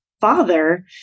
father